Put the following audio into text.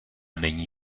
není